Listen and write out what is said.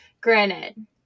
Granted